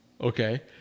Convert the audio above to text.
Okay